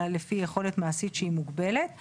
נושאים כן.